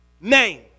name